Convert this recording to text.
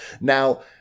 Now